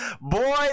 Boy